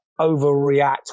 overreact